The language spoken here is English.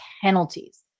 penalties